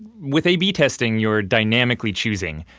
with a b testing, you're dynamically choosing,